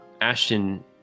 Ashton